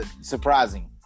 Surprising